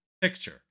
picture